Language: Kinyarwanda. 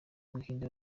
buhinde